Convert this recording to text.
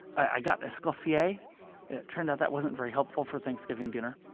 i got escoffier it turned out that wasn't very helpful for thanksgiving dinner.